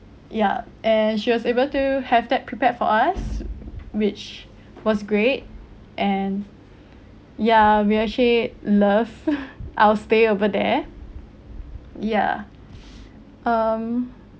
ya and she was able to have that prepared for us which was great and ya we actually love our stay over there yeah um